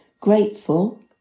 grateful